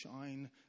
shine